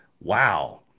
wow